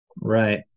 right